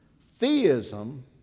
Theism